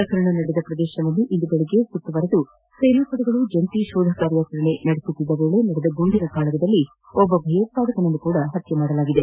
ಪ್ರಕರಣ ನಡೆದ ಶ್ರದೇಶವನ್ನು ಇಂದು ಬೆಳಗ್ಗೆ ಸುತ್ತುವರಿದು ಸೇನಾಪಡೆಗಳು ಜಂಟಿ ಶೋಧ ಕಾರ್ಯಾಚರಣೆ ನಡೆಸುತ್ತಿದ್ದ ವೇಳೆ ನಡೆದ ಗುಂಡಿನ ಕಾಳಗದಲ್ಲಿ ಒಬ್ಲ ಭಯೋತ್ಪಾದಕನನ್ನೂ ಹತ್ತೆ ಮಾಡಲಾಗಿದೆ